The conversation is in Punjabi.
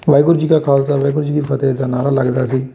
ਵਾਹਿਗੁਰੂ ਜੀ ਕਾ ਖਾਲਸਾ ਵਾਹਿਗੁਰੂ ਜੀ ਕੀ ਫਤਿਹ ਦਾ ਨਾਰਾ ਲੱਗਦਾ ਸੀ